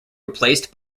replaced